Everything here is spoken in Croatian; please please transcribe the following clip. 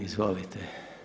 Izvolite.